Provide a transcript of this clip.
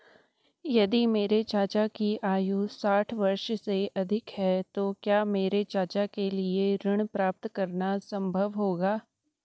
यदि मेरे चाचा की आयु साठ वर्ष से अधिक है तो क्या मेरे चाचा के लिए ऋण प्राप्त करना संभव होगा?